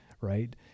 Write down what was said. right